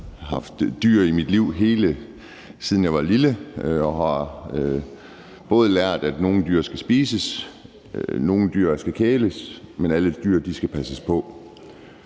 Jeg har haft dyr i mit liv, helt siden jeg var lille, og jeg har både lært, at nogle dyr skal spises, og at nogle dyr skal kæles med, men at der skal passes på